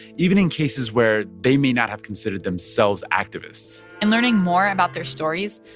even in cases where they may not have considered themselves activists and learning more about their stories,